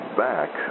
back